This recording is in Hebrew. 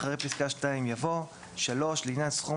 אחרי פסקה (2) יבוא: "(3)לעניין סכום